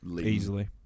Easily